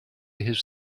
his